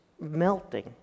melting